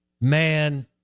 Man